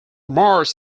mars